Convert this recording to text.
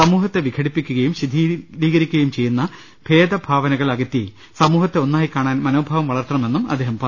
സമൂഹത്തെ വിഘടിപ്പിക്കുകയും ശിഥിലീകരി ക്കുകയും ചെയ്യുന്ന ഭേദഭാവനകൾ അകറ്റി സമൂഹത്തെ ഒന്നായി കാണാൻ മനോഭാവം വളർത്തണ മെന്നും അദ്ദേഹം പറഞ്ഞു